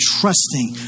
trusting